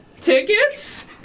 Tickets